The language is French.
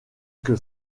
que